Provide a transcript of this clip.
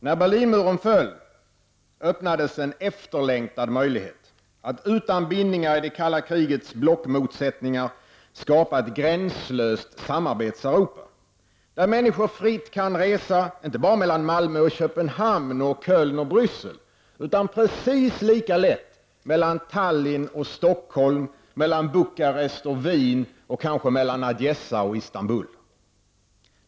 När Berlinmuren föll öppnades en efterlängtad möjlighet att utan bindningar i det kalla krigets blockmotsättningar skapa ett gränslöst Samarbetseuropa, där människor fritt kan resa inte bara mellan Malmö och Köpenhamn och mellan Köln och Bryssel utan precis lika lätt mellan Tallin och Stockholm, mellan Bukarest och Wien och kanske mellan Odessa och Istanbul.